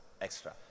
extra